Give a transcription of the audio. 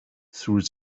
through